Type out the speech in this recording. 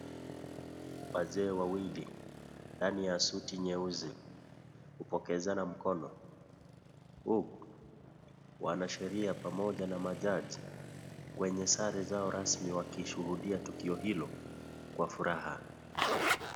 Wazee wawili ndani ya suti nyeuzi kupokezana mkono huku wanasheria pamoja na majaji wenye sare zao rasmi wakishuhudia tukio hilo kwa furaha.